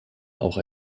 auch